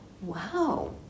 Wow